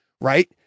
Right